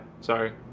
sorry